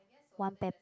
one pepper